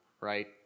right